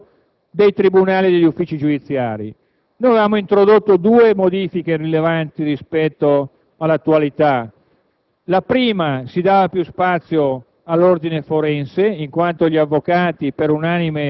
riassumerei in uno: sorvegliare sul buon andamento dei tribunali e degli uffici giudiziari. Noi avevamo introdotto due modifiche rilevanti rispetto all'attualità: